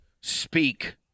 speak